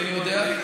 אינני יודע.